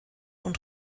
und